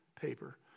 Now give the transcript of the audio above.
paper